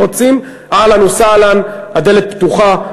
רוצים, אהלן וסהלן, הדלת פתוחה.